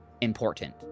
important